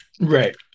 Right